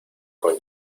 con